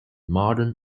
modern